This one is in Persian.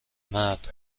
مرد